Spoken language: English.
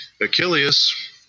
Achilles